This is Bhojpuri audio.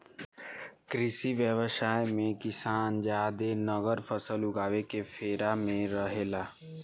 कृषि व्यवसाय मे किसान जादे नगद फसल उगावे के फेरा में रहेला